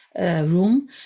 room